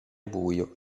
buio